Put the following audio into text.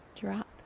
drop